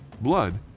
Blood